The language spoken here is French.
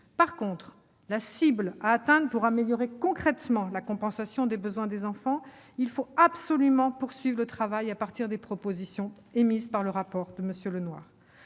qui concerne la cible à atteindre pour améliorer concrètement la compensation des besoins des enfants, il faut absolument poursuivre le travail à partir des propositions contenues dans le rapport de M. Lenoir.